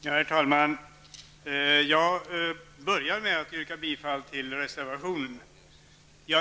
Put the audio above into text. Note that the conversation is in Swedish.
Herr talman! Jag börjar med att yrka bifall till reservationen.